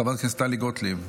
חברת הכנסת טלי גוטליב.